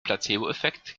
placeboeffekt